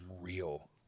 real